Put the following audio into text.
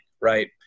right